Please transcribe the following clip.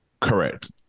correct